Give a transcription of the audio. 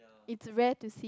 it's rare to see